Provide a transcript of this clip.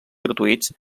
gratuïts